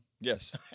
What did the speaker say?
Yes